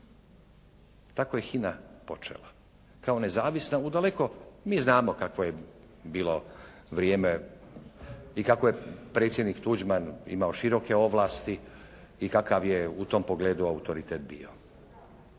Tako je HINA počela kao nezavisna u daleko, mi znamo kakvo je bilo vrijeme i kako je predsjednik Tuđman imao široke ovlasti i kakav je u tom pogledu autoritet bio.